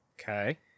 Okay